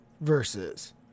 versus